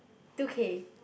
two K